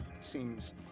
seems